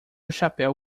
chapéu